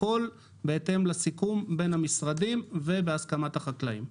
הכול בהתאם לסיכום בין המשרדים ובהסכמת החקלאים.